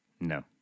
No